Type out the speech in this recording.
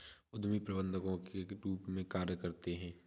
उद्यमी प्रबंधकों के रूप में कार्य करते हैं